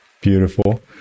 Beautiful